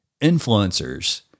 influencers